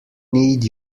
need